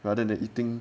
rather than eating